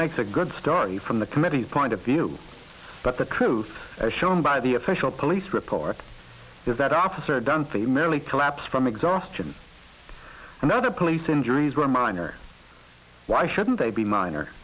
makes a good story from the committee point of view but the truth as shown by the official police report or is that after dunphy merely collapsed from exhaustion and other police injuries were minor why shouldn't they be minor